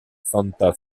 santa